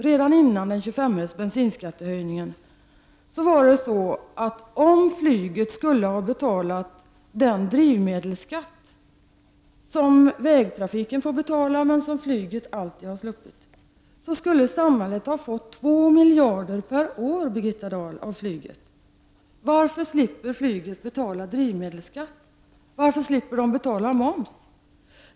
Redan före bensinskattehöjningen med 25 öre var förhållandet det, att om flyget skulle ha betalat den drivmedelsskatt som vägtrafiken får betala men som flyget alltid har sluppit, skulle samhället ha fått två miljarder per år av flyget, Birgitta Dahl! Varför slipper flyget drivmedelsskatt? Varför slipper man betala moms?